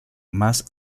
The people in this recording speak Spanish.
más